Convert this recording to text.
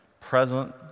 present